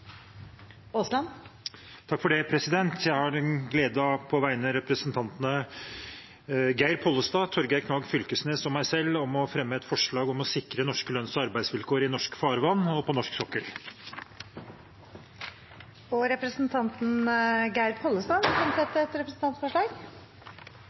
har gleden av på vegne av representantene Geir Pollestad, Torgeir Knag Fylkesnes og meg selv å fremme et forslag om å sikre norske lønns- og arbeidsvilkår i norske farvann og på norsk sokkel. Representanten Geir Pollestad vil fremsette et